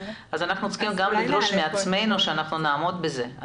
אנחנו צריכים גם לדרוש מעצמנו שנעמוד בזה.